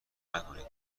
نکنید